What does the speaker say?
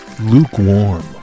lukewarm